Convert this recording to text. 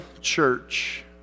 Church